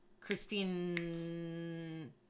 Christine